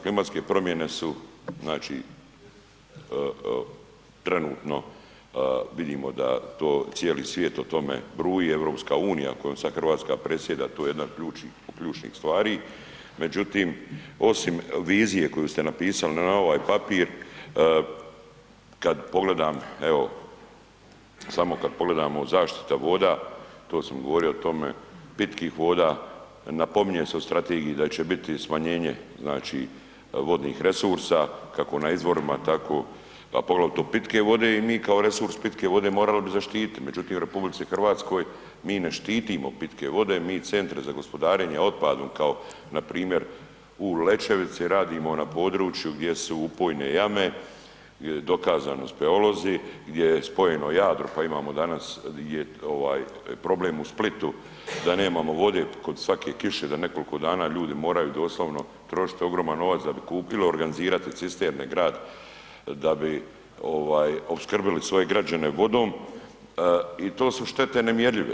Klimatske promjene su znači trenutno vidimo da to, cijeli svijet o tome bruju i EU kojom sad Hrvatska predsjeda to je jedna od ključnih stvari, međutim osim vizije koju ste napisali na ovaj papir kad pogledam evo, samo kad pogledamo zaštita voda to sam govorio o tome, pitkih voda, napominje se u strategiji da će biti smanjenje znači vodnih resursa kako na izvorima tako, a poglavito pitke vode i mi kao resurs pitke vode morali bi zaštiti, međutim u RH mi ne štitimo pitke vode, mi centre za gospodarenje otpadom kao npr. u Lećevici radimo na području gdje su upojne jame, dokazano speolozi, gdje je spojeno Jadro, pa imamo danas ovaj problem u Splitu da nemamo vode kod svake kiše da nekoliko dana ljudi moraju doslovno trošit ogroman novac da bi kupilo, organizirati cisterne grad da bi ovaj opskrbili svoje građane vodom i to su štete nemjerljive.